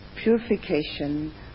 purification